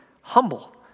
humble